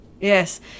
yes